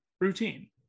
routine